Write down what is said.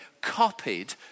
copied